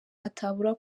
atabura